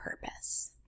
purpose